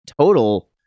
total